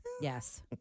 Yes